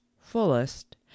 fullest